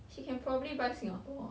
he can probably buy singapore